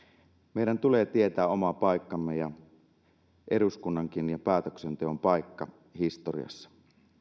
meidän tulee tietää oma paikkamme ja eduskunnankin ja päätöksenteon paikka historiassa